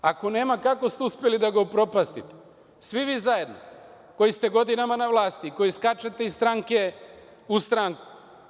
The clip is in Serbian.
Ako nema, kako ste uspeli da ga upropastite, svi vi zajedno koji ste godinama na vlasti i koji skačete iz stranke u stranku?